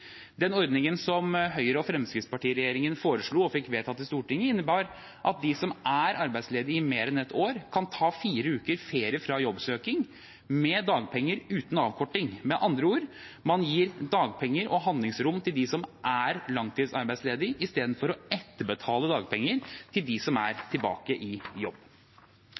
Den ordningen som Høyre–Fremskrittsparti-regjeringen foreslo og fikk vedtatt i Stortinget, innbar at de som er arbeidsledige i mer enn ett år, kan ta fire uker ferie fra jobbsøking – med dagpenger uten avkorting. Med andre ord: Man gir dagpenger og handlingsrom til dem som er langtidsarbeidsledige, istedenfor å etterbetale dagpenger til dem som er tilbake i jobb.